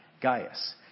Gaius